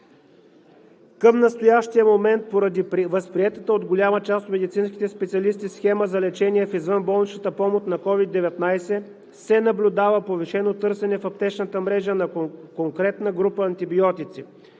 Към настоящия момент поради възприетата от голяма част от медицинските специалисти схема за лечение в извънболничната помощ на COVID-19 се наблюдава повишено търсене в аптечната мрежа на конкретна група антибиотици.